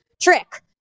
trick